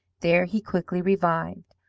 there he quickly revived.